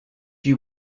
you